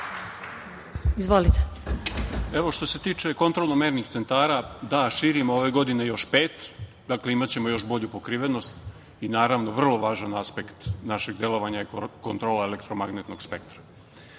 Kovačević** Što se tiče kontrolno-mernih centara, da širimo ove godine još pet. Dakle, imaćemo još bolju pokrivenost i naravno, vrlo važan aspekt našeg delovanja je kontrola elektromagnetnog spektra. Što